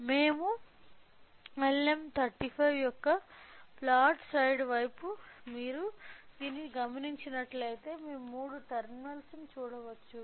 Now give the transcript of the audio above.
మేము LM35 యొక్క flat side వైపు మీరు దీనిని గమనించినట్లయితే మేము మూడు టెర్మినల్స్ చూడవచ్చు